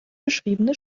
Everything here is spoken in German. beschriebene